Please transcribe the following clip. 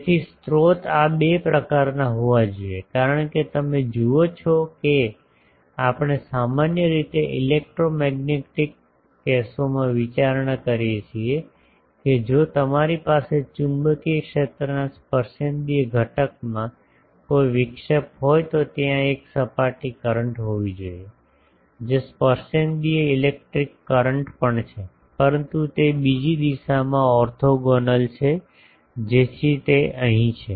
તેથી સ્રોત આ બે પ્રકારનાં હોવા જોઈએ કારણ કે તમે જુઓ છો કે આપણે સામાન્ય રીતે ઇલેક્ટ્રોમેગ્નેટિક કેસોમાં વિચારણા કરીએ છીએ કે જો તમારી પાસે ચુંબકીય ક્ષેત્રના સ્પર્શેન્દ્રિય ઘટકમાં કોઈ વિક્ષેપ હોય તો ત્યાં એક સપાટી કરંટ હોવો જોઈએ જે સ્પર્શેન્દ્રિય ઇલેક્ટ્રિક કરંટ પણ છે પરંતુ તે બીજી દિશામાં ઓર્થોગોનલ છે જેથી તે અહીં છે